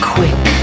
Quick